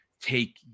take